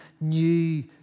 new